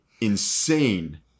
insane